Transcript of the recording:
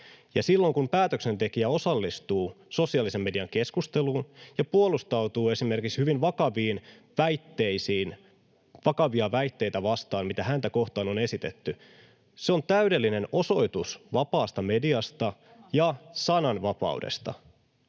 silloin kun päätöksentekijä osallistuu sosiaalisen median keskusteluun ja puolustautuu esimerkiksi hyvin vakavia väitteitä vastaan, mitä häntä kohtaan on esitetty, se on täydellinen osoitus vapaasta mediasta ja sananvapaudesta.